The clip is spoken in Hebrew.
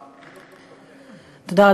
תודה.